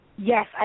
Yes